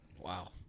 Wow